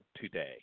today